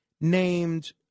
named